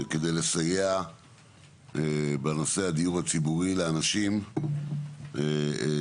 כדי לסייע בנושא הדיור הציבורי לאנשים כדי